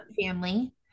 family